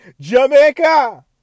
Jamaica